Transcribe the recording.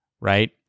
right